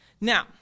Now